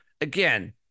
Again